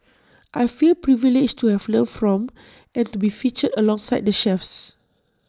I feel privileged to have learnt from and to be featured alongside the chefs